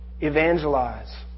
Evangelize